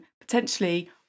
potentially